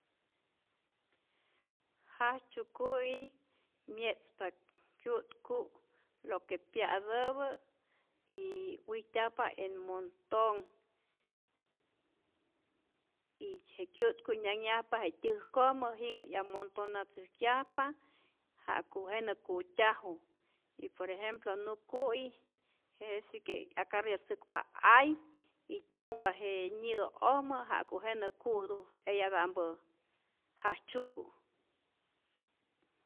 Jajtzyuku'i mye'tzpa kyu'tku lo que pya'täpä y wijtyajpa en monton y je kyu'tku nyayajpa je tyäjkojmä jinhä 'yamontonatzäjkyajpa ja'ku jenä ku'tyaju y por ejemplo nuku'i jetij si que 'yacarriatzäkpa ay y tyu'mpa je ñido'ojmä ja'ku jenä ku'tu eyatampä jajtzyuku.